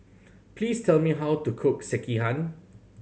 please tell me how to cook Sekihan